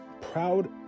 proud